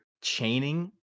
chaining